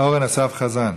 אורן אסף חזן,